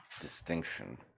distinction